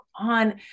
on